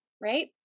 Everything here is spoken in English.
right